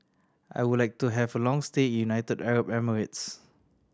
I would like to have a long stay in United Arab Emirates